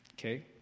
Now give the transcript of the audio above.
okay